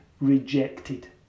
rejected